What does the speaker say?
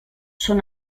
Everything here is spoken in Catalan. són